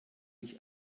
mich